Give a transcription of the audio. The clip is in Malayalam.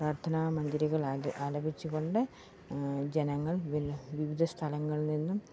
പ്രാർത്ഥനാ മഞ്ജരികൾ ആല ആലപിച്ച് കൊണ്ട് ജനങ്ങൾ പിന്നെ വിവിധ സ്ഥലങ്ങൾ നിന്നും